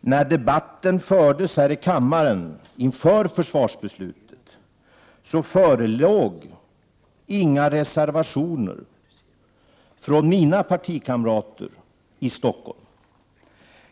När debatten fördes här i kammaren inför försvarsbeslutet, Gunhild Bolander, förelåg inga reservationer från mina partikamrater i Stockholm.